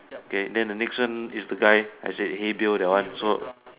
okay then the next one is the guy I say hey Bill that one so